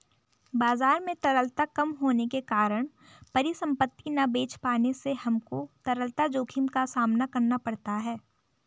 बाजार में तरलता कम होने के कारण परिसंपत्ति ना बेच पाने से हमको तरलता जोखिम का सामना करना पड़ता है